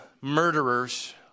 murderers